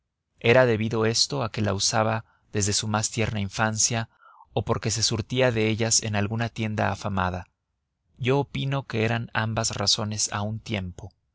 era debido esto a que la usaba desde su más tierna infancia o porque se surtía de ellas en alguna tienda afamada yo opino que eran ambas razones a un tiempo